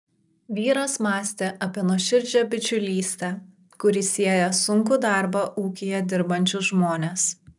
vyras mąstė apie nuoširdžią bičiulystę kuri sieja sunkų darbą ūkyje dirbančius žmones